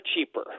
cheaper